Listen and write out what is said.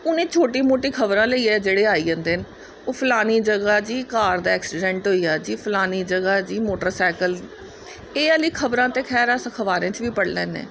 हून छोटी मोटी खबरां लेइयै जेह्ड़े आई जंदे न फलानी जगहा जी कार दा एक्सीडेंट होइया फलानी जगहा जी मोटरसेक्ल एह् आह्लियां खबरां ते एह् अस अखबारें च बी पढ़ी लैने